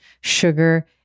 sugar